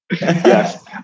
Yes